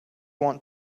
want